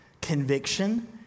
conviction